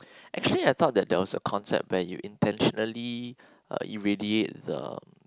actually I thought that there was a concept when you intentionally uh irradiate the